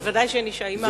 ודאי שאין אשה אימאם.